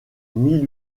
mille